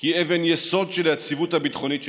היא אבן יסוד של היציבות הביטחונית שלנו.